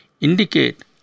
indicate